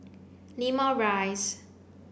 Limau Rise